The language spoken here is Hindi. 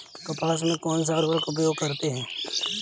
कपास में कौनसा उर्वरक प्रयोग करते हैं?